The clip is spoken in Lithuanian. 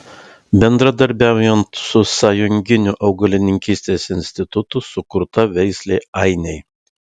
bendradarbiaujant su sąjunginiu augalininkystės institutu sukurta veislė ainiai